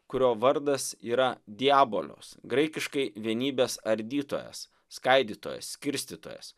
kurio vardas yra diabolos graikiškai vienybės ardytojas skaidytojas skirstytojas